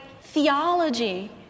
theology